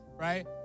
right